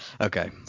Okay